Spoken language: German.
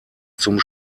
zum